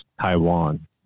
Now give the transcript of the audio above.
Taiwan